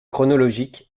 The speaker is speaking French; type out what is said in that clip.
chronologique